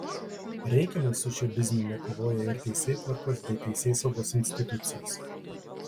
reikiamai su šiuo bizniu nekovoja ir teisėtvarkos bei teisėsaugos institucijos